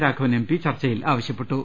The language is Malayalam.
രാഘവൻ എംപി ചർച്ചയിൽ ആവശ്യപ്പെട്ടു